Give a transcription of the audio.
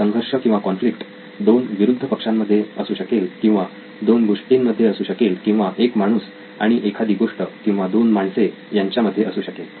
हा संघर्ष किंवा कॉन्फ्लिक्ट दोन विरुद्ध पक्षांमध्ये असू शकेल किंवा दोन गोष्टींमध्ये असू शकेल किंवा एक माणूस आणि एखादी गोष्ट किंवा दोन माणसे यांच्यामध्ये असू शकेल